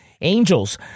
Angels